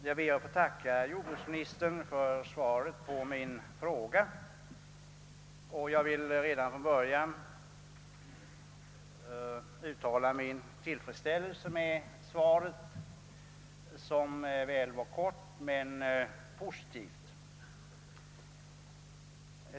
Jag ber att få tacka jordbruksministern och vill redan från början uttala min tillfredsställelse över hans svar, som väl var kort men positivt.